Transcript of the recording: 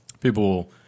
people